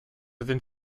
sind